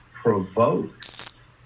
provokes